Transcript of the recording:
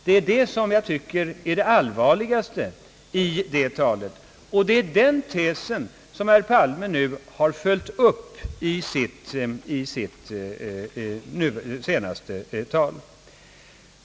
Detta tycker jag är det allvarligaste i det talet, och det är den tesen som herr Palme har följt upp i sitt senaste tal.